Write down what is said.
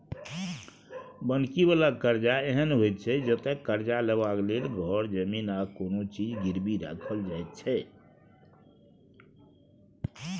बन्हकी बला करजा एहन होइ छै जतय करजा लेबाक लेल घर, जमीन आ कोनो चीज गिरबी राखल जाइ छै